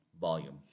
volume